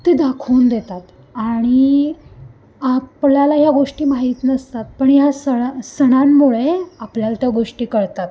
ते दाखवून देतात आणि आपल्याला ह्या गोष्टी माहीत नसतात पण ह्या सणा सणांमुळे आपल्याला त्या गोष्टी कळतात